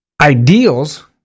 ideals